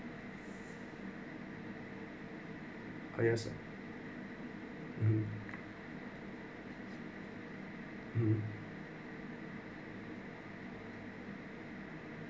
or you also hmm hmm